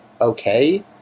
okay